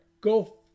Go